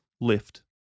lift